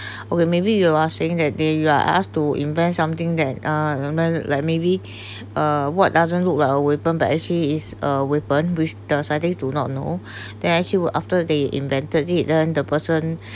okay maybe you are saying that they you are asked to invent something that uh you know like maybe uh what doesn't look like a weapon but actually is a weapon which the scientist do not know they actually would after they invented it then the person